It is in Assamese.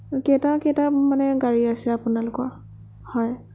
কেইটা কেইটাত মানে গাড়ী আছে আপোনালোকৰ হয়